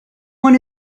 one